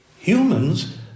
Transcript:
Humans